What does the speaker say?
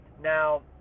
Now